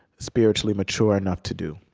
spiritually mature enough to do.